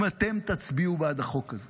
אם אתם תצביעו בעד החוק הזה